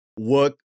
work